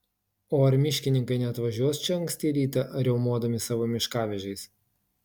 o ar miškininkai neatvažiuos čia anksti rytą riaumodami savo miškavežiais